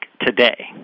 today